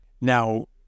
now